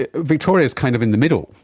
ah victoria is kind of in the middle.